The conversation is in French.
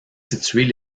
situées